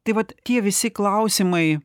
tai vat tie visi klausimai